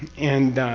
and.